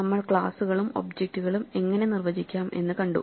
നമ്മൾ ക്ലാസുകളും ഒബ്ജക്റ്റുകളും എങ്ങനെ നിർവചിക്കാം എന്ന് കണ്ടു